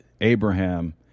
Abraham